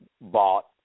bought